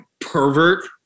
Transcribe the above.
pervert